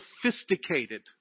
sophisticated